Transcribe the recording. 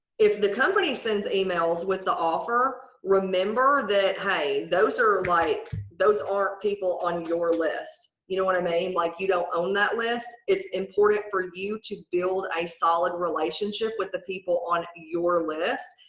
if the company sends emails with the offer. remember that, hey, those are like those aren't people on your list. you know what i mean? like, you don't own that list. it's important for you to build a solid relationship with the people on your list.